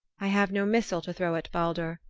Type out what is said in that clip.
i have no missile to throw at baldur,